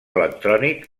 electrònic